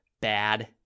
bad